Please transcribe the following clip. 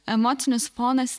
emocinis fonas